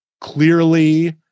clearly